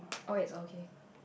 oh it's okay